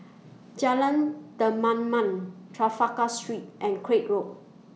Jalan Kemaman Trafalgar Street and Craig Road